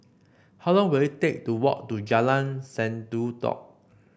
how long will it take to walk to Jalan Sendudok